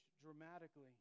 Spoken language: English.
dramatically